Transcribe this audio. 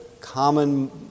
common